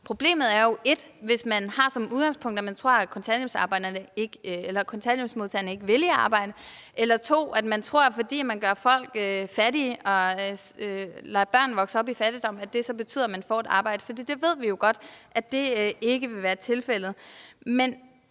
Problemet er jo, hvis man har som udgangspunkt, 1) at man tror, at kontanthjælpsmodtagerne ikke vil i arbejde, eller 2) at man tror, at fordi man gør folk fattige og lader børn vokser op i fattigdom, så betyder det, at folk får et arbejde. For det ved vi jo godt ikke vil være tilfældet. Men